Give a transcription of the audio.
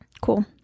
Cool